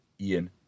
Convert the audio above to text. Ian